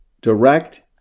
direct